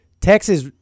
Texas